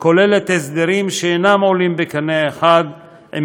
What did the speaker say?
כוללת הסדרים שאינם עולים בקנה אחד עם